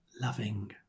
loving